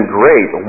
great